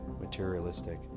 materialistic